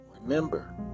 remember